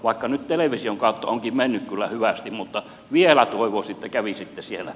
vaikka nyt television kautta onkin mennyt kyllä hyvästi vielä toivoisin että kävisitte siellä